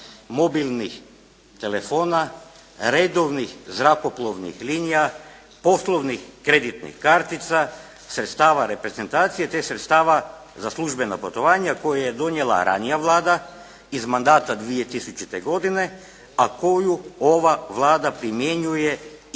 mobilnih telefona, redovnih zrakoplovnih linija, poslovnih kreditnih kartica, sredstava reprezentacije te sredstava za službena putovanja koje je donijela ranija Vlada iz mandata 2000. godine a koju ova Vlada primjenjuje i osam